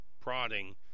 prodding